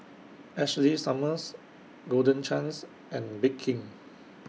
Ashley Summers Golden Chance and Bake King